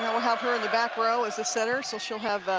we'll have her in the back row as a setter, so she'll have